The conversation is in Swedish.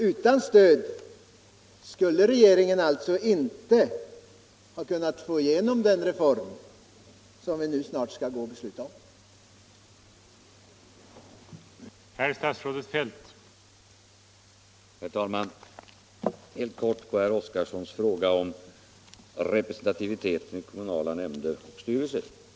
Utan stöd skulle regeringen alltså inte kunna få igenom den reform som vi nu snart skall besluta om.